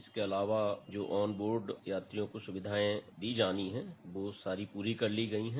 इसके अलावा आज बोर्ड यात्रियों को सुविधाएं दी जानी है वह सारी पूरी कर ली गई है